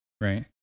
right